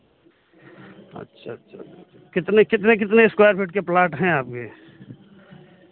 अच्छा अच्छा कितने कितने कितने स्क्वाॅयर फ़ीट के प्लॉट हैं आपके